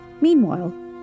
Meanwhile